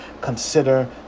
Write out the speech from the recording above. Consider